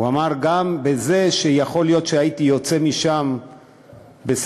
הוא אמר: גם בזה שיכול להיות שהייתי יוצא משם בשקית,